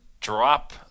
drop